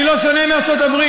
אני לא שונה מארצות-הברית.